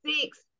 six